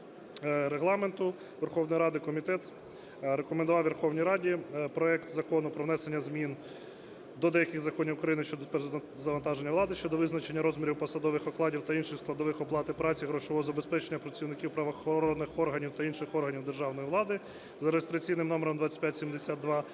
23 Регламенту Верховної Ради комітет рекомендував Верховній Раді проект Закону "Про внесення змін до деяких законів України щодо перезавантаження влади" (щодо визначення розмірів посадових окладів та інших складових оплати праці, грошового забезпечення працівників правоохоронних та інших органів державної влади) (за реєстраційним номером 2572)